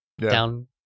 down